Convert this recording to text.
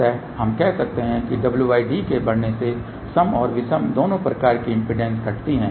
अतः हम कह सकते हैं कि wd के बढ़ने से सम और विषम दोनों प्रकार की इम्पीडेंस घटती है